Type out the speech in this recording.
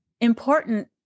important